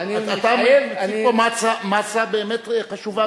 אתה מציג פה מסה באמת חשובה,